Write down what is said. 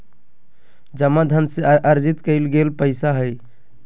जमा धन से अर्जित कइल गेल पैसा हइ